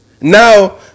now